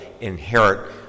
inherit